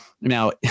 now